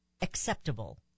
acceptable